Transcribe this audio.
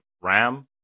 RAM